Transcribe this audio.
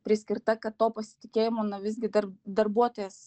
priskirta kad to pasitikėjimo na visgi darbuotojas